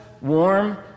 warm